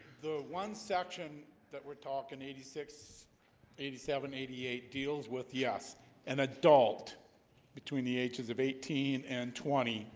the one section that we're talking eighty six eighty seven eighty eight deals with yes an adult between the ages of eighteen and twenty